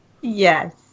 Yes